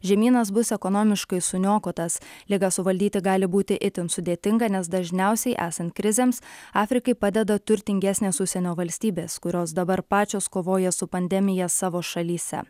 žemynas bus ekonomiškai suniokotas ligą suvaldyti gali būti itin sudėtinga nes dažniausiai esant krizėms afrikai padeda turtingesnės užsienio valstybės kurios dabar pačios kovoja su pandemija savo šalyse